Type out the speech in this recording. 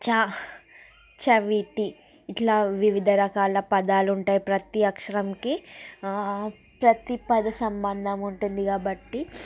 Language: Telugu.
చ చవిటి ఇట్లా వివిధ రకాల పదాలు ఉంటాయి ప్రతి అక్షరంకి ప్రతి పద సంబంధం ఉంటుంది కాబట్టి